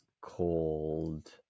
called